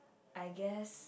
I guess